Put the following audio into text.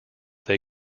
they